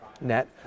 net